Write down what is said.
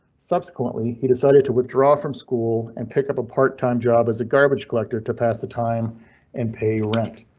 subsequently, he decided to withdraw from school and pick up a part time job as a garbage collector to pass the time and pay rent.